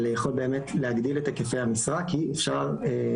יכול באמת להגדיל את היקפי המשרה כי הילדים